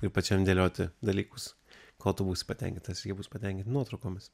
ir pačiam dėlioti dalykus kol tu būsi patenkintas ir jie bus patenkinti nuotraukomis